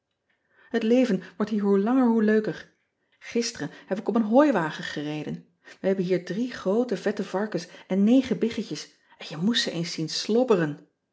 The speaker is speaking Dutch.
et leven wordt hier hoe langer hoe leuker isteren heb ik op een hooiwagen gereden ij hebben hier drie groote vette varkens en negen biggetjes en je moest ze eens zien slobberen